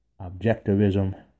Objectivism